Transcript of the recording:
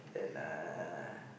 and lah